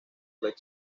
red